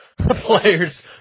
players